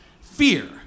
Fear